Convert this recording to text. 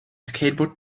skateboard